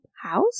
house